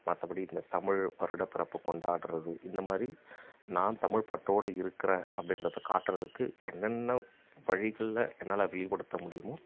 மற்றபடி இந்த தமிழ் வருடப் பிறப்பு கொண்டாடுறது இந்த மாதிரி நான் தமிழ்ப்பற்றோடு இருக்கிறேன் அப்படின்றத காட்டுறதுக்கு என்னென்ன வழிகளில் என்னால் வெளிப்படுத்த முடியுமோ